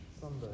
Sunday